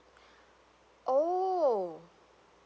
oh